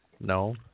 no